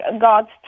God's